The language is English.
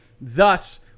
Thus